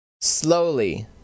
slowly